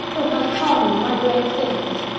who has pardoned my great sins.